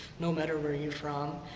no matter where you're from.